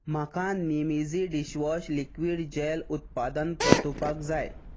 म्हाका निम easy dishwash liquid gel उत्पादन परतुवपाक जाय